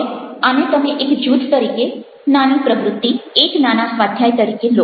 હવે આને તમે એક જૂથ તરીકે નાની પ્રવ્રુત્તિ એક નાના સ્વાધ્યાય તરીકે લો